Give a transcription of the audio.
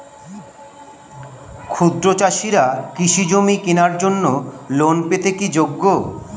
ক্ষুদ্র চাষিরা কৃষিজমি কেনার জন্য লোন পেতে কি যোগ্য?